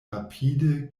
rapide